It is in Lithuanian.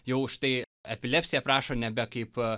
jau už tai epilepsiją aprašo nebe kaip a